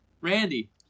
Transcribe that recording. Randy